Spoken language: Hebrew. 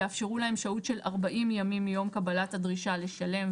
יאפשרו להם שהות של 40 ימים מיום קבלת הדרישה לשלם.